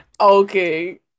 Okay